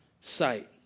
sight